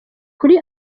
kuri